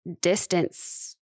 distance